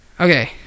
Okay